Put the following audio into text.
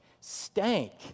stank